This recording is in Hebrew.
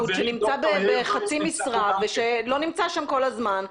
שנמצא בחצי משרה ולא נמצא שם כל הזמן,